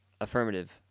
affirmative